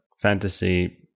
fantasy